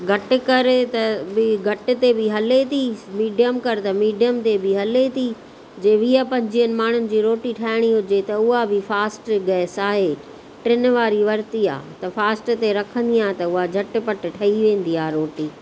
घटि करे त उहे घटि ते बि हले थी मिडियम कर त मिडियम बि हले थी जे वीह पंजवीह माण्हुनि जी रोटी ठाहिणी हुजे त उहा बि फास्ट गैस आहे टिनि वारी वरिती आहे त फास्ट ते रखंदी आहे त उहा झटिपटि ठही वेंदी आहे रोटी